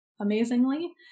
amazingly